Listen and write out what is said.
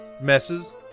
messes